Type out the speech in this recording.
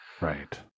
Right